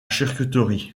charcuterie